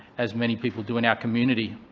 as many people do in our community.